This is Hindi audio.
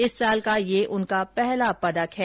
इस े साल का यह उनका पहला पदक है